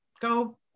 Go